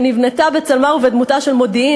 שנבנתה בצלמה ובדמותה של מודיעין,